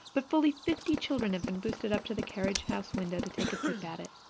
but fully fifty children have been boosted up to the carriage house window to take a peep at it,